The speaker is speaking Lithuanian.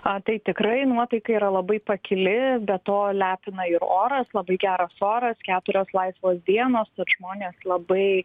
a tai tikrai nuotaika yra labai pakili be to lepina ir oras labai geras oras keturios laisvos dienos tad žmonės labai